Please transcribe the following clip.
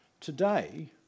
Today